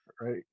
Right